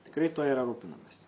tikrai tuo yra rūpinamasi